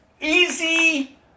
easy